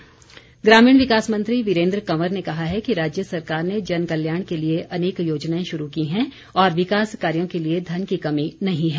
वीरेन्द्र कंवर ग्रामीण विकास मंत्री वीरेन्द्र कंवर ने कहा है कि राज्य सरकार ने जनकल्याण के लिए अनेक योजनाएं शुरू की हैं और विकास कार्यो के लिए धन की कमी नहीं है